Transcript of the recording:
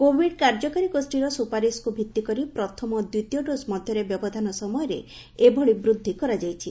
Covid କାର୍ଯ୍ୟକାରୀ ଗୋଷ୍ଠୀର ସୁପାରିଶକୁ ଭିତ୍ତି କରି ପ୍ରଥମ ଓ ଦ୍ୱିତୀୟ ଡୋଜ୍ ମଧ୍ୟରେ ବ୍ୟବଧାନ ସମୟରେ ଏଭଳି ବୃଦ୍ଧି କରାଯାଇଛି